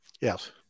Yes